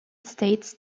states